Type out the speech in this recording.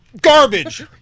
Garbage